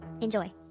Enjoy